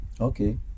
Okay